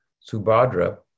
Subhadra